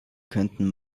könnten